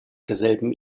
derselben